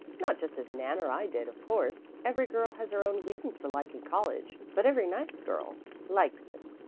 not just as nan or i did, of course. every girl has her own reasons for liking college but every nice girl likes it.